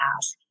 ask